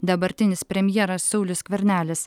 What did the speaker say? dabartinis premjeras saulius skvernelis